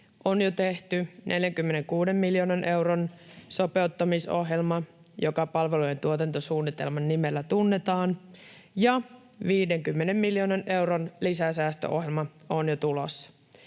on jo tehty 46 miljoonan euron sopeuttamisohjelma, joka palvelujen tuotantosuunnitelman nimellä tunnetaan, ja 50 miljoonan euron lisäsäästöohjelma on jo tulossa